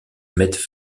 mettent